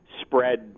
spread